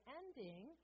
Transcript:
ending